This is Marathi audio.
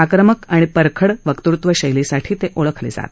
आक्रमक आणि परखड वक्तूत्व शक्तीसाठी ते ओळखले जात